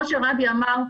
כמו שראדי אמר,